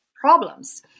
problems